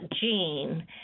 gene